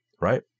right